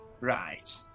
Right